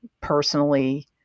personally